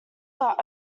are